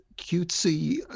cutesy